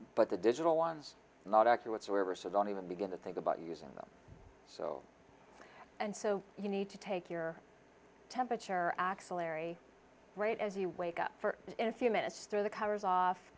but the digital ones not actually whatsoever so don't even begin to think about using them so and so you need to take your temperature axillary right as you wake up in a few minutes through the covers off